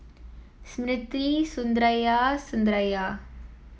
Smriti Sundaraiah Sundaraiah